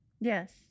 Yes